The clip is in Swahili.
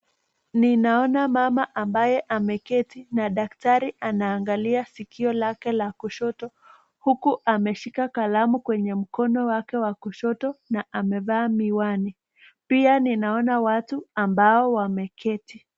Ninaona mama ambaye ameketi na daktari anaangalia sikio lake la kushoto, huku ameshika kalamu kwenye mkono wake wa kushoto na amevaa miwani. Pia ninaona watu ambao wameketi.